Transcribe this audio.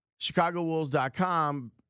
ChicagoWolves.com